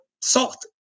salt